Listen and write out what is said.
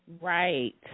Right